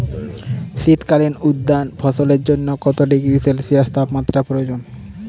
শীত কালীন উদ্যান ফসলের জন্য কত ডিগ্রী সেলসিয়াস তাপমাত্রা প্রয়োজন?